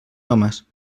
homes